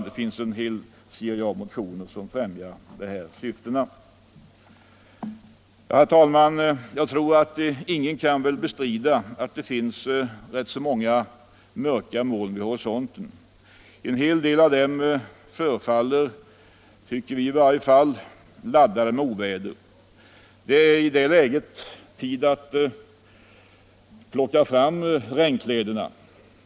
Det har väckts en hel rad motioner som främjar dessa syften. Ingen kan väl bestrida att det finns rätt många mörka moln vid horisonten. En del av dem förefaller — tycker vi i varje fall — vara laddade med oväder. I det läget är det tid att plocka fram regnkläderna.